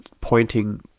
pointing